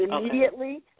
immediately